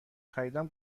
خریدم